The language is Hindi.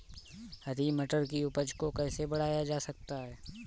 हरी मटर की उपज को कैसे बढ़ाया जा सकता है?